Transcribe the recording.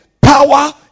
power